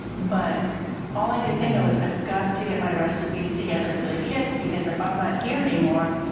but all i could think of was, i've got to get my recipes together for the kids because if i'm not here anymore,